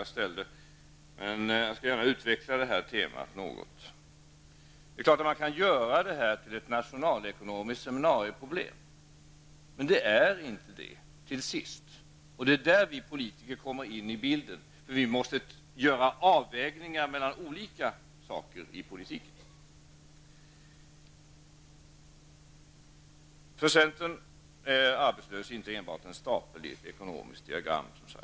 Jag vill dock gärna utveckla detta tema något. Det är klart att man kan göra det här till ett nationalekonomiskt seminarieproblem. Men det är inte så i slutänden. Och det är där som vi politiker kommer in i bilden. Vi måste göra avvägningar mellan olika saker i politiken. För oss i centern är arbetslöshet inte enbart en stapel i ett ekonomiskt diagram.